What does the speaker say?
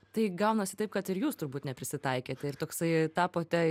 tai gaunasi taip kad ir jūs turbūt neprisitaikėte ir toksai tapote